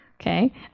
Okay